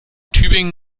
tübingen